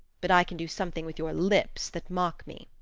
but i can do something with your lips that mock me.